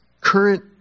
current